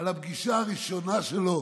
בגלל הפגישה הראשונה שלו